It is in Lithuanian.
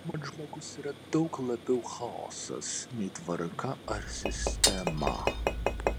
mat žmogus yra daug labiau chaosas nei tvarka ar sistema